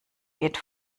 geht